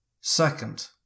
Second